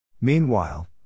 Meanwhile